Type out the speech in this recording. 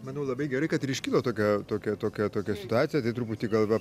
manau labai gerai kad ir iškilo tokia tokia tokia tokia situacija truputį gal va